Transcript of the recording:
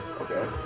Okay